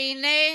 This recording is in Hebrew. והינה,